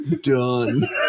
Done